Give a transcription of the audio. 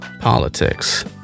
politics